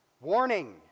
Warning